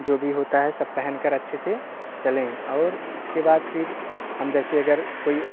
जो भी होता है सब पहनकर अच्छे से चले और उसके बाद फ़िर हम जैसे अगर कोई